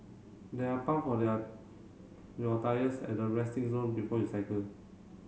there are pump for their your tyres at the resting zone before you cycle